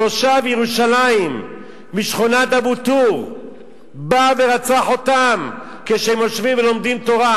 תושב ירושלים משכונת אבו-תור בא ורצח אותם כשהם יושבים ולומדים תורה.